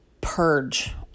purge